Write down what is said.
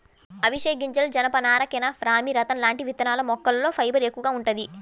అవిశె గింజలు, జనపనార, కెనాఫ్, రామీ, రతన్ లాంటి విత్తనాల మొక్కల్లో ఫైబర్ ఎక్కువగా వుంటది